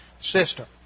system